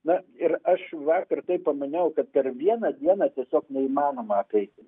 na ir aš vakar taip pamaniau kad per vieną dieną tiesiog neįmanoma apeiti